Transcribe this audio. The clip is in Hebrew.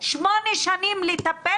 שמונה שנים לטפל,